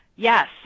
Yes